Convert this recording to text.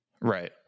Right